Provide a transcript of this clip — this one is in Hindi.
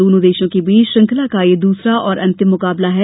दोनो देशों के बीच श्रृंखला का यह दूसरा और अंतिम मुकाबला है